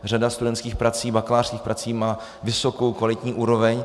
Řada studentských prací, bakalářských prací má vysokou, kvalitní úroveň.